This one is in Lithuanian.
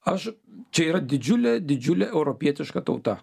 aš čia yra didžiulė didžiulė europietiška tauta